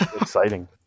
Exciting